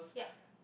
yup